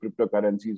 cryptocurrencies